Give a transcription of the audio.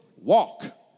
Walk